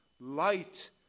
light